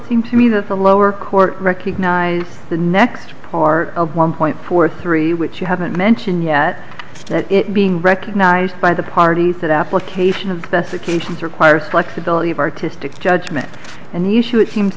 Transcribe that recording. seem to me that the lower court recognize the next part of one point four three which you haven't mentioned yet that it being recognized by the parties that application of both occasions require thought ability of artistic judgment and the issue it seems